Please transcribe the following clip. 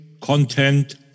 content